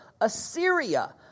Assyria